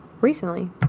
recently